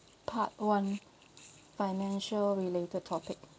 part one financial related topic